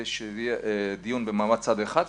דיון במעמד צד אחד,